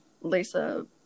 Lisa